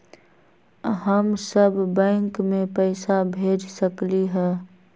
हम सब बैंक में पैसा भेज सकली ह?